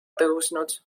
tõusnud